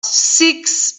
six